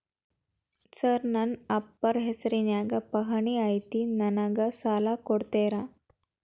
Sir ನನ್ನ ಅಪ್ಪಾರ ಹೆಸರಿನ್ಯಾಗ್ ಪಹಣಿ ಐತಿ ನನಗ ಸಾಲ ಕೊಡ್ತೇರಾ?